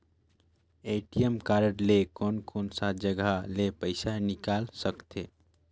ATM card ले कोन कोन सा जगह ले पइसा निकाल सकथे?